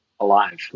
Alive